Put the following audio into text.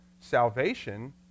salvation